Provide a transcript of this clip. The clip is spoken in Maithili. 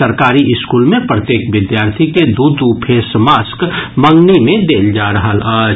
सरकारी स्कूल मे प्रत्येक विद्यार्थी के दू दू फेस मास्क मंगनी मे देल जा रहल अछि